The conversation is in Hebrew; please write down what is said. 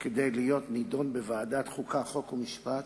כדי להיות נדון בוועדת החוקה, חוק ומשפט,